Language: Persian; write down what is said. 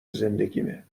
زندگیمه